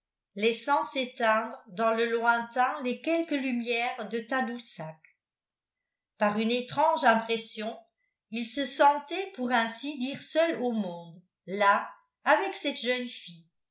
laissant s'éteindre dans le lointain les quelques lumières de tadoussac par une étrange impression il se sentait pour ainsi dire seul au monde là avec cette jeune fille